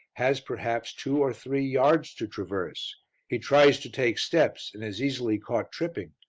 has, perhaps, two or three yards to traverse he tries to take steps and is easily caught tripping,